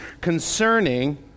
concerning